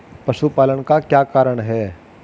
पशुपालन का क्या कारण है?